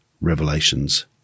revelations